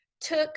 took